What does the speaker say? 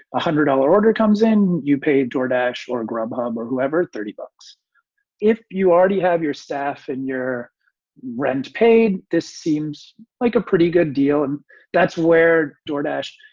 ah hundred dollar order comes in. you pay jordache or grubhub or whoever. thirty bucks if you already have your staff and your rent paid. this seems like a pretty good deal. and that's where jordache.